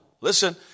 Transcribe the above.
listen